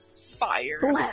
Fire